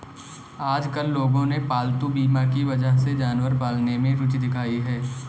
आजकल लोगों ने पालतू बीमा की वजह से जानवर पालने में रूचि दिखाई है